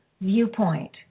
viewpoint